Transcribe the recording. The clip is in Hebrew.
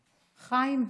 חיים,